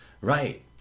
right